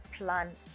Plan